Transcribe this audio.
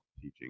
teaching